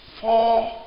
four